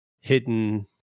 hidden